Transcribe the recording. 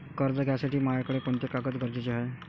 कर्ज घ्यासाठी मायाकडं कोंते कागद गरजेचे हाय?